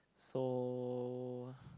so